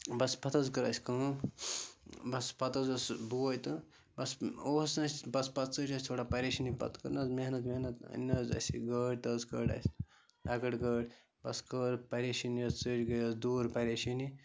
بَس پَتہٕ حظ کٔر اَسہِ کٲم بَس پَتہٕ حظ اوس بوے تہٕ بَس اوس نہٕ اَسہِ بَس پَتہٕ ژٔج اَسہِ تھوڑا پریشٲنی پَتہٕ کٔر نہٕ حظ محنت وحنت أنۍ نہٕ حظ اَسہِ یہِ گٲڑۍ تہٕ حظ کٔڑ اَسہِ لۄکٕٹ گٲڑۍ بَس کٔر پریشٲنی حظ ژٔج گٔے حظ دوٗر پَریشٲنی